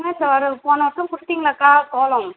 ஆமாம் சார் ஒரு போன வருஷம் கொடுத்தீங்கல்லக்கா சோளம்